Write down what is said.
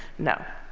no,